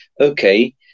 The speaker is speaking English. okay